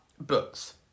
books